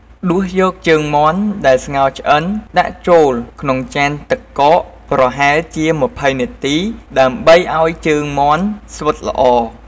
ដួសយកជើងមាន់ដែលស្ងោរឆ្អិនដាក់ចូលក្នុងចានទឹកកកប្រហែលជា ២០ នាទី ដើម្បីឱ្យជើងមាន់ស្វិតល្អ។